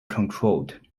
controlled